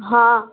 हाँ